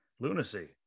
lunacy